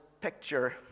picture